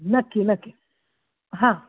नक्की नक्की हां